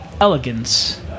elegance